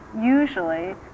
usually